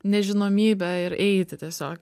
nežinomybę ir eiti tiesiog